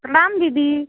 प्रणाम दीदी